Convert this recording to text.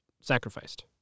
sacrificed